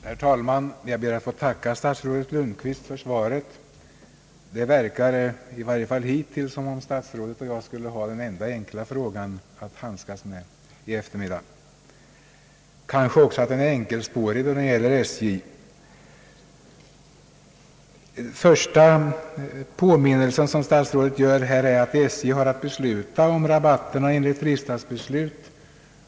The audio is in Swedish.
Herr talman! Jag ber att få tacka herr statsrådet Lundkvist för svaret. Det verkar hittills som om statsrådet och jag skulle ha den enda enkla frågan i dag att handskas med. Den är kanske också enkelspårig, då den gäller SJ. Den första påminnelse som statsrådet gör här är att SJ har att bestämma om rabatterna enligt riksdagsbeslut.